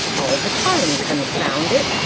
all the time, confound it!